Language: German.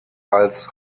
als